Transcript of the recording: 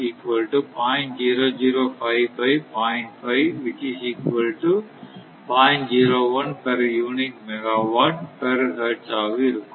01 per unit megawatt per hertz ஆக இருக்கும்